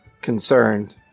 concerned